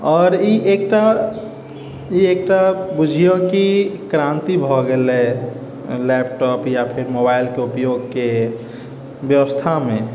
आओर ई एकटा बुझिऔ कि क्रान्ति भऽ गेलै लैपटॉप या फेर मोबाइलके उपयोगके बेबस्थामे